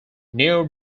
new